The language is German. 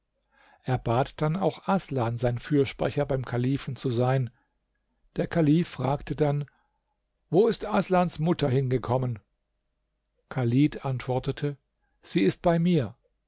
er bat dann auch aßlan sein fürsprecher beim kalifen zu sein der kalif fragte dann wo ist aßlans mutter hingekommen chalid antwortete sie ist bei mir